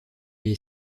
est